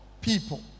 people